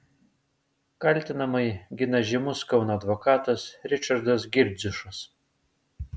kaltinamąjį gina žymus kauno advokatas ričardas girdziušas